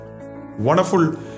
Wonderful